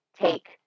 take